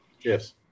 Yes